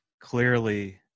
clearly